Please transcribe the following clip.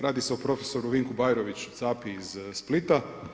Radi se o profesoru Vinku Bajroviću Capi iz Splita.